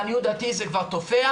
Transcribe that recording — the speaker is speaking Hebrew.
לעניות דעתי זה כבר תופח,